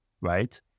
right